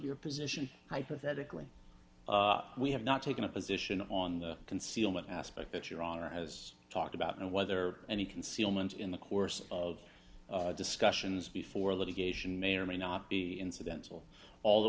your position hypothetically we have not taken a position on the concealment aspect that your honor has talked about and whether any concealment in the course of discussions before litigation may or may not be incidental al